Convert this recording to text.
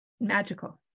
magical